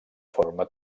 forma